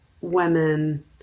women